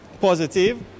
positive